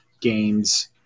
games